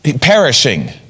perishing